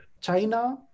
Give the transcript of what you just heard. China